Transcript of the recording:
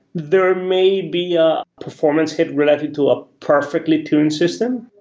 there may be a performance hit related to a perfectly tuned system,